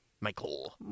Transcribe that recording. Michael